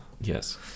yes